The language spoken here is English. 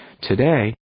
Today